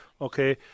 okay